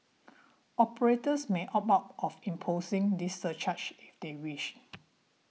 operators may opt out of imposing this surcharge if they wish